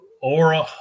aura